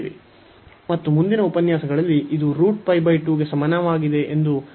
ಮತ್ತು ಮುಂದಿನ ಉಪನ್ಯಾಸಗಳಲ್ಲಿ ಇದು √π 2 ಗೆ ಸಮಾನವಾಗಿದೆ ಎಂದು ನಾವು ಸಾಬೀತುಪಡಿಸುತ್ತೇವೆ